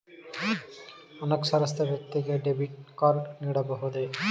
ಅನಕ್ಷರಸ್ಥ ವ್ಯಕ್ತಿಗೆ debit card ನೀಡಬಹುದೇ?